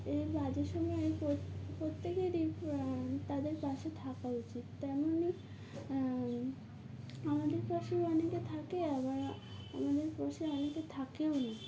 এর বাজের সময় প্রত্যেকেরই তাদের পাশে থাকা উচিত তেমনই আমাদের পাশেও অনেকে থাকে আবার আমাদের পাশে অনেকে থাকেও না